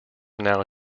now